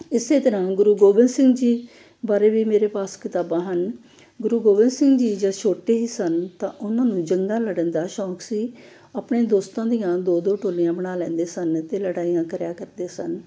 ਇਸੇ ਤਰ੍ਹਾਂ ਗੁਰੂ ਗੋਬਿੰਦ ਸਿੰਘ ਜੀ ਬਾਰੇ ਵੀ ਮੇਰੇ ਪਾਸ ਕਿਤਾਬਾਂ ਹਨ ਗੁਰੂ ਗੋਬਿੰਦ ਸਿੰਘ ਜੀ ਜਦ ਛੋਟੇ ਹੀ ਸਨ ਤਾਂ ਉਹਨਾਂ ਨੂੰ ਜੰਗਾਂ ਲੜਨ ਦਾ ਸ਼ੌਂਕ ਸੀ ਆਪਣੇ ਦੋਸਤਾਂ ਦੀਆਂ ਦੋ ਦੋ ਟੋਲੀਆਂ ਬਣਾ ਲੈਂਦੇ ਸਨ ਅਤੇ ਲੜਾਈਆਂ ਕਰਿਆ ਕਰਦੇ ਸਨ